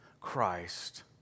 Christ